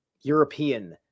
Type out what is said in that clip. European